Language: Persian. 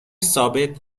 ثابت